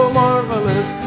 marvelous